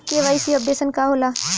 KYC updation का होला?